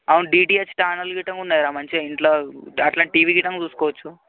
అవును DTH channel గిట్ల ఉంది రా మంచిగా ఇంట్లో అట్లా టీవీ గిట చూసుకోవచ్చు